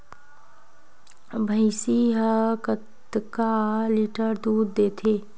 भंइसी हा कतका लीटर दूध देथे?